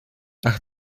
ach